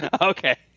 Okay